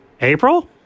April